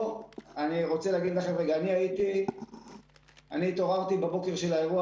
אני רוצה לומר לכם שאני התעוררתי בבוקר האירוע